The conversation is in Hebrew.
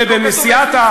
ובסיעת,